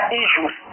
issues